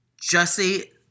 Jesse